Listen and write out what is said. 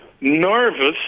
nervous